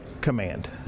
command